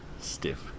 stiff